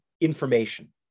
information